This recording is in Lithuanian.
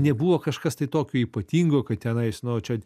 nebuvo kažkas tai tokio ypatingo kad tenais nu o čia